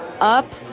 up